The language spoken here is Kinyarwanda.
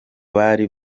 bari